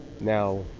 Now